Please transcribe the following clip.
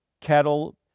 cattle